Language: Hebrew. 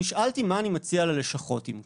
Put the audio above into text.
נשאלתי מה אני מציע ללשכות אם כך.